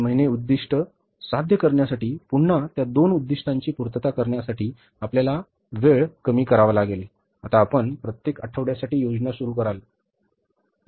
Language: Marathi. तीन महिने उद्दीष्ट साध्य करण्यासाठी पुन्हा त्या दोन उद्दिष्टांची पूर्तता करण्यासाठी आपल्याला वेळ क्षितिजे कमी करावा लागेल आता आपण प्रत्येक आठवड्यासाठी योजना सुरू कराल बरोबर